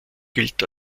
gilt